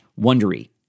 wondery